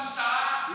מה עשו במשטרה,